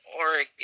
oregon